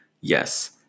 Yes